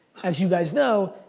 as you guys know,